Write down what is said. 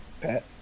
Pat